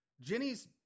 Jenny's